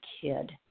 kid